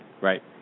Right